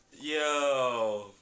yo